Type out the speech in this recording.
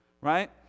right